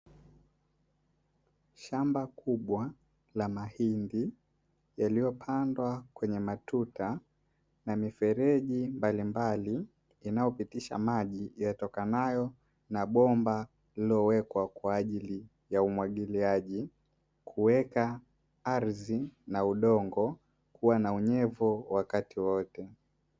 Shamba kubwa la mahindi yaliyopandwa kwenye matuta, na mifereji mbalimbali inayopitisha maji yatokanayo na bomba lililowekwa kwa ajili ya umwagiliaji, kuweka ardhi na udongo kuwa na unyevu wakati wote.